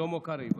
שלמה קרעי.